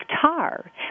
tar